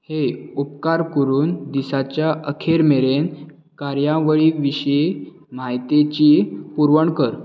हे उपकार करून दिसाच्या अखेर मेरेन कार्यावळी विशीं म्हायतीची पुरवण कर